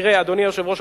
אדוני היושב-ראש,